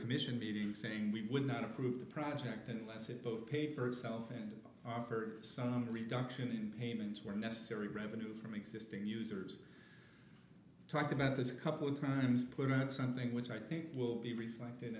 commission meeting saying we would not approve the project unless it both paid for itself and offered some reduction in payments where necessary revenue from existing users talked about this a couple of times put out something which i think will be reflected